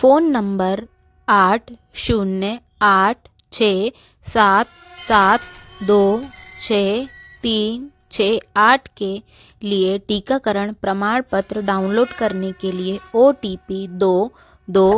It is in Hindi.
फ़ोन नम्बर आठ शून्य आठ छः सात सात दो छः तीन छः आठ के लिए टीकाकरण प्रमाणपत्र डाउनलोड करने के लिए ओ टी पी दो दो